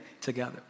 together